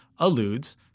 Alludes